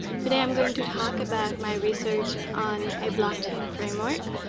today i'm going to talk about my research on a blockchain framework.